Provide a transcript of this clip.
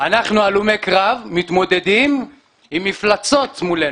אנחנו הלומי הקרב, מתמודדים עם מפלצות מולנו,